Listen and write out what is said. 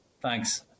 Thanks